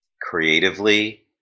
creatively